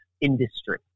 industry